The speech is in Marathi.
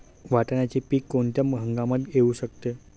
वाटाण्याचे पीक कोणत्या हंगामात येऊ शकते?